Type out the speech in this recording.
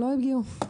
לא הגיעו.